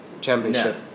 Championship